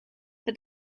for